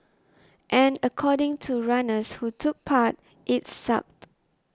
and according to runners who took part it sucked